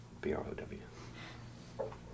B-R-O-W